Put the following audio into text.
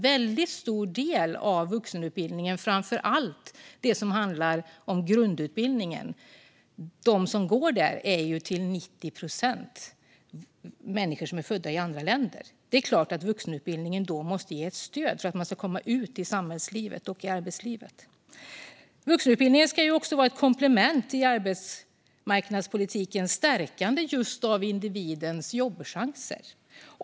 En stor del, ungefär 90 procent, av dem som går grundutbildningen är födda i andra länder, och då måste vuxenutbildningen givetvis vara ett stöd för att komma ut i samhällslivet och arbetslivet. Vuxenutbildningen ska också vara ett komplement i arbetsmarknadspolitiken och stärka individens jobbchanser.